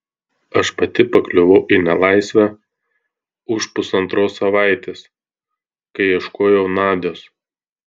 aš pati pakliuvau į nelaisvę už pusantros savaitės kai ieškojau nadios